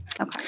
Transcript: okay